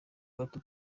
gato